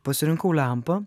pasirinkau lempą